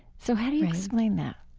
so how do you explain that?